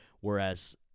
Whereas